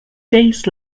days